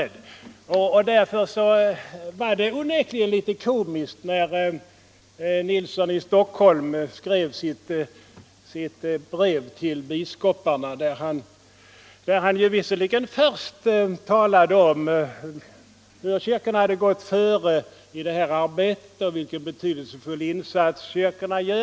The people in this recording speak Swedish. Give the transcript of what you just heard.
Därför var det onekligen litet komiskt när herr Nilsson i Stockholm läste upp sitt ”brev” till biskoparna. I det brevet talade han först om hur kyrkorna hade gått före i detta arbete och vilken betydelsefull insats 81 kyrkorna gör.